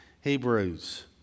Hebrews